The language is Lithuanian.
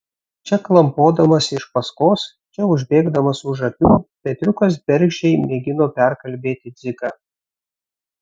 čia klampodamas iš paskos čia užbėgdamas už akių petriukas bergždžiai mėgino perkalbėti dziką